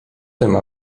tym